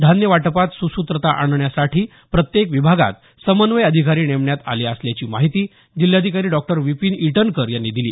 धान्य वाटपात सुसुत्रता आणण्यासाठी प्रत्येक विभागात समन्वय अधिकारी नेमण्यात आले असल्याची माहीती जिल्हाधिकारी डॉ विपीन इटनकर यांनी दिली